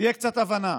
תהיה קצת הבנה.